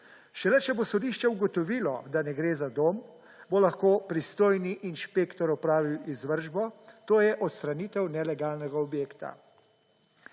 Šele, če bo sodišče ugotovilo, da ne gre za dom bo lahko pristojni inšpektor opravil izvršbo to je odstranitev nelegalnega objekta.